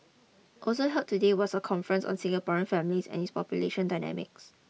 also held today was a conference on Singaporean families and its population dynamics